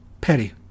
Petty